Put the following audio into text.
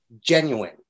genuine